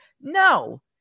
No